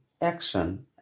action